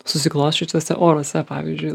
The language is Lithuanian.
susiklosčiusiuose oruose pavyzdžiui